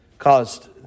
caused